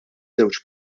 żewġ